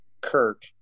Kirk